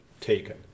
taken